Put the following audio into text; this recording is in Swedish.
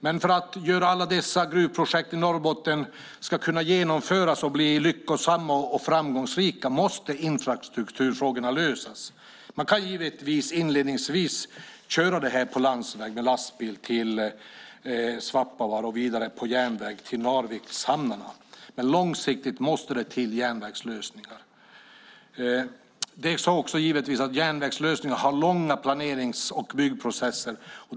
Men för att alla dessa gruvprojekt i Norrbotten ska kunna genomföras och bli lyckosamma och framgångsrika måste infrastrukturfrågorna lösas. Man kan givetvis inledningsvis köra detta med lastbil på landsväg till Svappavaara och vidare på järnväg till Narvikshamnarna, men långsiktigt måste det till järnvägslösningar. Järnvägslösningar har långa planerings och byggprocesser.